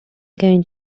going